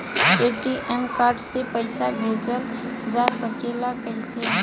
ATM card से पइसा भेजल जा सकेला कइसे?